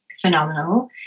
phenomenal